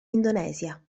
indonesia